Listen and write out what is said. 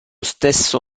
stesso